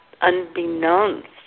unbeknownst